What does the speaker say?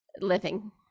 living